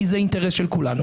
כי זה אינטרס של כולנו.